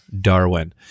Darwin